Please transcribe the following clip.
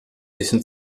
bisschen